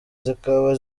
zikaba